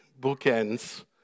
bookends